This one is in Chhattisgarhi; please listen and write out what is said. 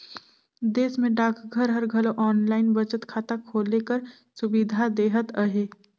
देस में डाकघर हर घलो आनलाईन बचत खाता खोले कर सुबिधा देहत अहे